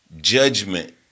judgment